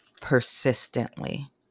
persistently